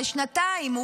הרי שנתיים,